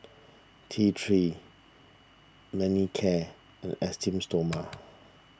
T three Manicare and Esteem Stoma